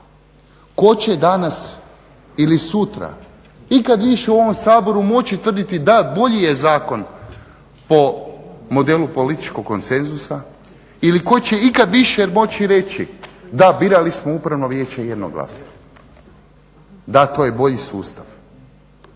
Tko će danas ili sutra ikad više u ovom Saboru moći tvrditi, da bolji je zakon po modelu političkog konsenzusa ili tko će ikad više moći reći, da birali smo upravno vijeće jednoglasno, da to je bolji sustav,